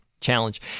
challenge